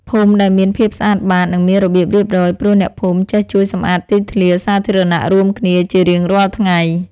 ភូមិដែលមានភាពស្អាតបាត និងមានរបៀបរៀបរយ ព្រោះអ្នកភូមិចេះជួយសម្អាតទីធ្លាសាធារណៈរួមគ្នាជារៀងរាល់ថ្ងៃ។